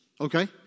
Okay